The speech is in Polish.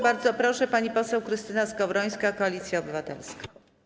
Bardzo proszę, pani poseł Krystyna Skowrońska, Koalicja Obywatelska.